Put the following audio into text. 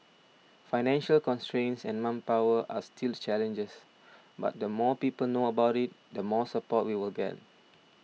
financial constraints and manpower are still challenges but the more people know about it the more support we will get